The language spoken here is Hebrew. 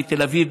בתל אביב,